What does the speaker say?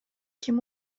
ким